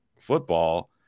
football